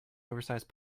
oversized